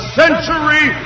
century